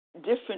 different